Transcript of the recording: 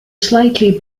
slightly